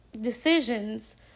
decisions